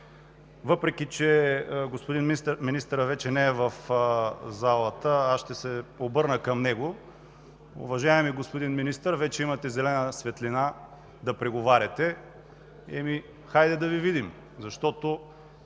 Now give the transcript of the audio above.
Въпреки че господин министърът не е в залата, аз ще се обърна към него: Уважаеми господин Министър, вече имате зелена светлина да преговаряте. Е, хайде да Ви видим! Защото